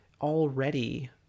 already